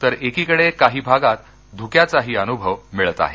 तर एकीकडे काही भागात धुक्याचाही अनुभव मिळत आहे